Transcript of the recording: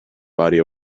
body